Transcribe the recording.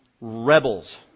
rebels